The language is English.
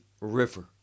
river